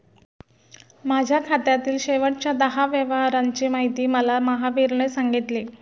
माझ्या खात्यातील शेवटच्या दहा व्यवहारांची माहिती मला महावीरने सांगितली